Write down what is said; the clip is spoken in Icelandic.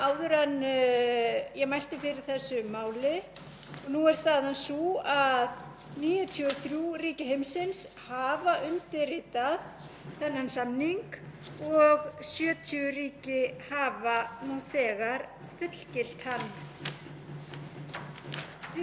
þennan samning og 70 ríki hafa nú þegar fullgilt hann. Því miður er það samt þannig að ekkert kjarnorkuveldanna hefur undirritað eða fullgilt þennan samning.